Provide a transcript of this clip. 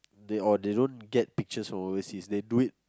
they all they don't get pictures from oversea they do it